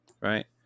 Right